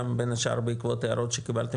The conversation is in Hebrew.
בין השאר גם בעקבות ההערות שקיבלתם